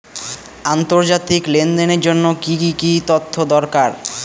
আন্তর্জাতিক লেনদেনের জন্য কি কি তথ্য দরকার?